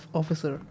officer